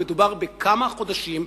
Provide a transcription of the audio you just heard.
מדובר בכמה חודשים,